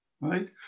Right